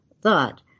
thought